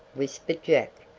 whispered jack.